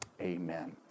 amen